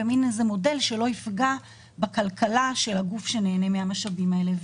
במין איזה מודל שלא יפגע בכלכלה של הגוף שנהנה מהמשאבים האלה.